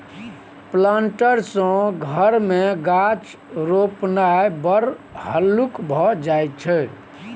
planter सँ घर मे गाछ रोपणाय बड़ हल्लुक भए जाइत छै